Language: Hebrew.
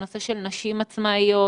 נשים עצמאיות,